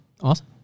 awesome